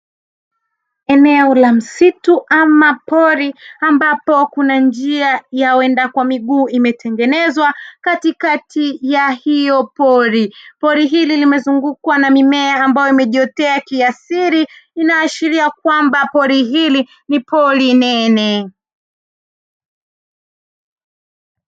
Eneo la msitu ama pori ambapo kuna njia ya waenda kwa miguu imetengenezwa katikati ya hilo pori. Pori hilo limezungukwa na mimea ambayo imejiotea kiasili inaashiria kwamba pori hili ni pori nene.